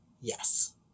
yes